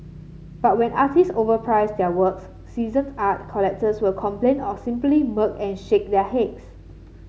but when artist overprice their works seasoned art collectors will complain or simply smirk and shake their heads